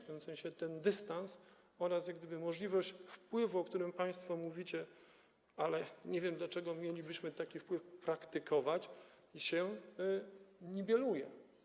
W tym sensie dystans oraz możliwość wpływu, o którym państwo mówicie, ale nie wiem, dlaczego mielibyśmy taki wpływ praktykować, się niweluje.